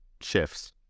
shifts